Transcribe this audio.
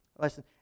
Listen